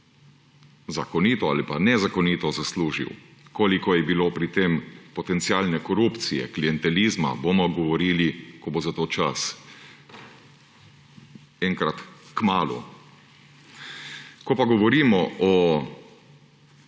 zakonito ali pa nezakonito zaslužil, koliko je bilo pri tem potencialne korupcije, klientelizma, bomo govorili, ko bo za to čas; enkrat kmalu. Ko pa govorimo o